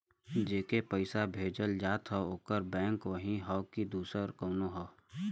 जेके पइसा भेजल जात हौ ओकर बैंक वही हौ कि दूसर कउनो हौ